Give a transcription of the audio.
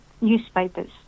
newspapers